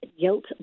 guilt